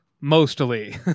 mostly